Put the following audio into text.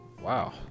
Wow